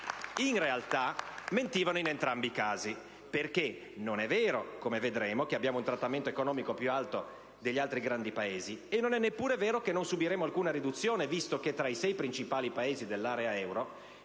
In realtà, mentivano in entrambi i casi, perché non è vero, come vedremo, che abbiamo un trattamento economico più alto degli altri grandi Paesi. E non è neppure vero che non subiremo alcuna riduzione, visto che tra i sei principali Paesi dell'area euro,